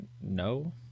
no